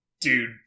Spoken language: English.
dude